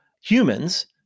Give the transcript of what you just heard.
humans